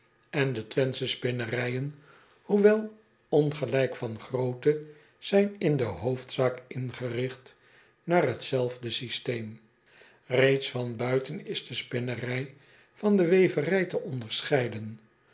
en de wenthsche spinnerijen hoewel ongelijk van grootte zijn in de hoofdzaak ingerigt naar hetzelfde systeem eeds van buiten is de spinnerij van de weverij te onderscheiden